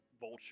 vulture